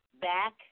Back